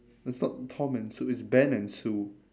it's not tom and sue it's ben and sue